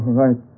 right